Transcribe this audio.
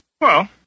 Well